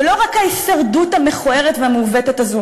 ולא רק ההישרדות המכוערת והמעוותת הזאת